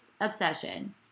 obsession